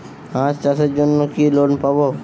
হাঁস চাষের জন্য কি লোন পাব?